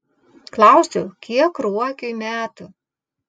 klausiu kiek ruokiui metų